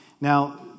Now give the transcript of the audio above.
Now